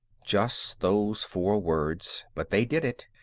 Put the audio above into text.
just those four words, but they did it.